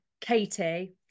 Katie